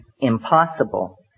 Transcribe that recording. impossible